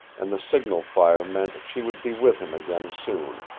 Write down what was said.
and the signal fire meant she would be with him again soon.